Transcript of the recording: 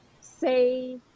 say